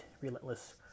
Relentless